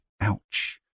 Ouch